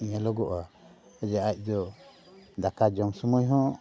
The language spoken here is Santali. ᱧᱮᱞᱚᱜᱚᱜᱼᱟ ᱡᱮ ᱟᱡ ᱫᱚ ᱫᱟᱠᱟ ᱡᱚᱢ ᱥᱩᱢᱚᱭ ᱦᱚᱸ